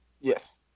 Yes